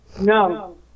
No